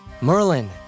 Merlin